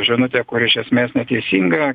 žinutė kuri iš esmės neteisinga